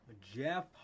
Jeff